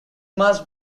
must